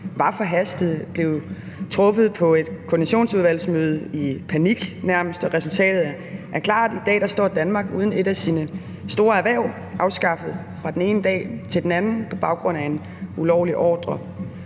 beslutningen blev truffet på et koordinationsudvalgsmøde nærmest i panik, og resultatet er klart: I dag står Danmark uden et af sine store erhverv, afskaffet fra den ene dag til den anden på baggrund af en ulovlig ordre.